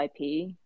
IP